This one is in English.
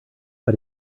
but